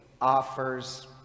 offers